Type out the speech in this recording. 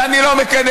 ואני לא מקנא,